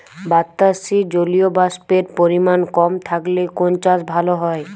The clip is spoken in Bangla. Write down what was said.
বাতাসে জলীয়বাষ্পের পরিমাণ কম থাকলে কোন চাষ ভালো হয়?